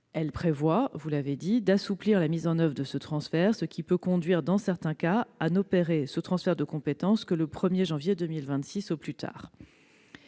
Elle prévoit, vous l'avez dit, d'assouplir la mise en oeuvre de ce transfert, ce qui peut conduire, dans certains cas, à n'opérer le transfert de compétences que le 1 janvier 2026 au plus tard.